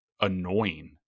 annoying